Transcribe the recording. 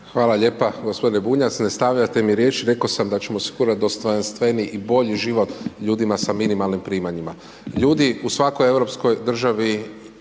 Hvala lijepo. G. Bunjac, ne stavljajte mi riječ, rekao sam da ćemo osigurati dostojanstveniji i bolji život, ljudima sa minimalnim primanjima. Ljudi u svakoj europskoj državi,